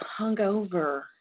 hungover